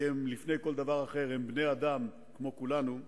כי לפני כל דבר אחר הם בני-אדם כמו כולנו,